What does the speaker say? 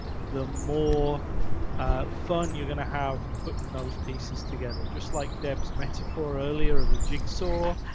the more ah fun you're going to have putting those pieces together just like deb's metaphor earlier of the jigsaw.